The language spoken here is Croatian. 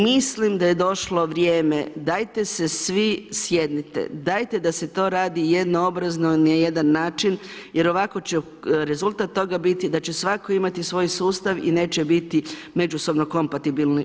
Mislim da je došlo vrijeme, dajte se svi sjednite, dajte da se to radi jedno obrazno na jedan način jer ovako će rezultat toga biti da će svatko imati svoj sustav i neće biti međusobno kompatibilni.